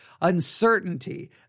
uncertainty